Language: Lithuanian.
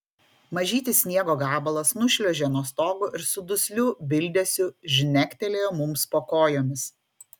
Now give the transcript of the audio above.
mažytis sniego gabalas nušliuožė nuo stogo ir su dusliu bildesiu žnektelėjo mums po kojomis